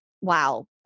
wow